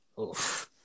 Oof